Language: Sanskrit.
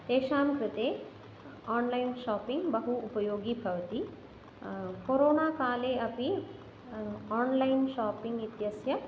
तेषां कृते आन्लैन् शापिङ् बहु उपयोगी भवति कोरोनाकाले अपि आन्लैन् शापिङ् इत्यस्य